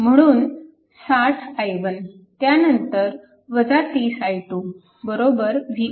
म्हणून 60 i1 त्यानंतर 30 i2 Voc